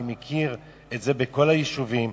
אני מכיר את זה בכל היישובים,